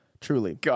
truly